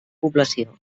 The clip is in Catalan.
població